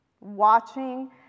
watching